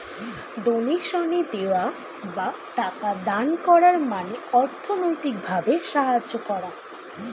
ডোনেশনে দেওয়া বা টাকা দান করার মানে অর্থনৈতিক ভাবে সাহায্য করা